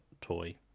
toy